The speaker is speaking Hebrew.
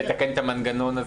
לתקן את המנגנון?